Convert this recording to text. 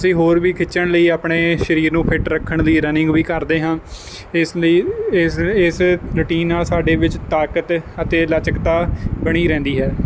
ਅਸੀਂ ਹੋਰ ਵੀ ਖਿੱਚਣ ਲਈ ਆਪਣੇ ਸਰੀਰ ਨੂੰ ਫਿਟ ਰੱਖਣ ਲਈ ਰਨਿੰਗ ਵੀ ਕਰਦੇ ਹਾਂ ਇਸ ਲਈ ਇਸ ਇਸ ਰੂਟੀਨ ਨਾਲ ਸਾਡੇ ਵਿੱਚ ਤਾਕਤ ਅਤੇ ਲਚਕਤਾ ਬਣੀ ਰਹਿੰਦੀ ਹੈ